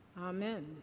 Amen